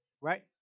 right